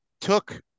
took